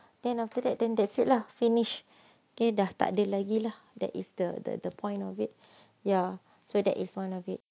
then after that then that's it lah finish okay dah tak ada lagi lah that is the the the point of it ya so that is one of it